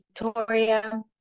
Victoria